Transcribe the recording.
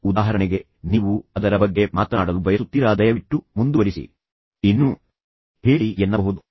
ಉದಾಹರಣೆಗೆ ನೀವು ಅದರ ಬಗ್ಗೆ ಮಾತನಾಡಲು ಬಯಸುತ್ತೀರಾ ದಯವಿಟ್ಟು ಮುಂದುವರಿಸಿ ಇನ್ನು ಹೇಳಿ ಎನ್ನಬಹುದು